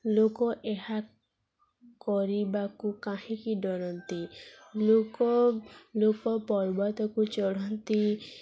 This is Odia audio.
ଲୋକ ଏହା କରିବାକୁ କାହିଁକି ଡରନ୍ତି ଲୋକ ଲୋକ ପର୍ବତକୁ ଚଢ଼ନ୍ତି